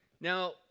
Now